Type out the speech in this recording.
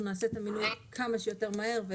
אנחנו נעשה את המינויים כמה שיותר מהר.